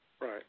Right